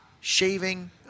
shaving